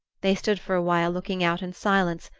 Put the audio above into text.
they stood for a while looking out in silence,